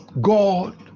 God